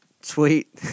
Sweet